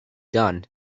done